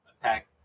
attack